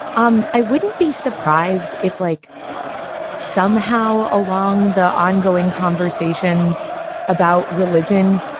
um i wouldn't be surprised if like somehow along the ongoing conversations about religion,